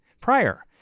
prior